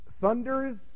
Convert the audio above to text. thunders